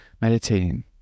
meditating